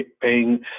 paying